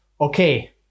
okay